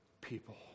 people